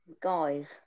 guys